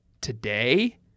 today